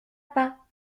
pas